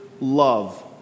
love